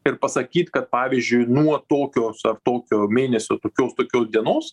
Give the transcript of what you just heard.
ir pasakyt kad pavyzdžiui nuo tokios ar tokio mėnesio tokios tokios dienos